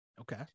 Okay